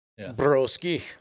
Broski